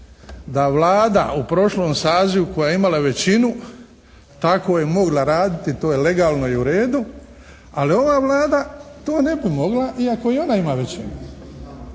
da Vlada u prošlom sazivu koja je imala većinu tako je mogla raditi, to je legalno i u redu, ali ova Vlada to ne bi mogla, iako i ona ima većinu?